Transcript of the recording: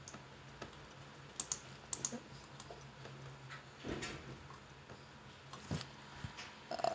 uh